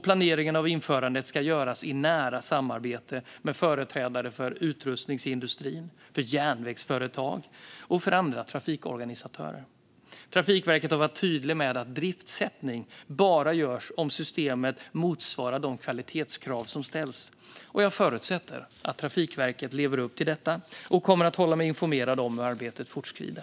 Planeringen av införandet ska göras i nära samarbete med företrädare för utrustningsindustri, järnvägsföretag och andra trafikorganisatörer. Trafikverket har varit tydligt med att driftssättning bara görs om systemet motsvarar de kvalitetskrav som ställs. Jag förutsätter att Trafikverket lever upp till detta och kommer att hålla mig informerad om hur arbetet fortskrider.